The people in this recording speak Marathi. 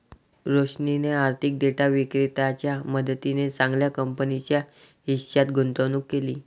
रोशनीने आर्थिक डेटा विक्रेत्याच्या मदतीने चांगल्या कंपनीच्या हिश्श्यात गुंतवणूक केली